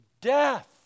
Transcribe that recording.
death